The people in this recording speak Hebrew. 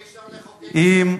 אי-אפשר לחוקק מחוץ לקואליציה.